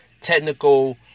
technical